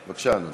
בבקשה, אדוני.